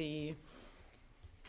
the